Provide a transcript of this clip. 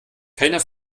keiner